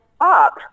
up